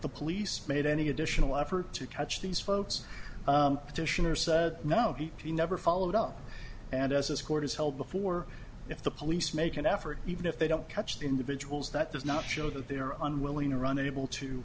the police made any additional effort to catch these folks petitioner says no he never followed up and as this court is held before if the police make an effort even if they don't catch the individuals that does not show that they are unwilling or unable to